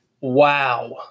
Wow